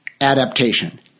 adaptation